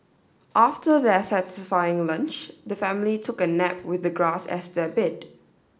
after their satisfying lunch the family took a nap with the grass as their bed